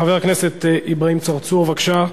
חבר הכנסת אברהים צרצור, בבקשה.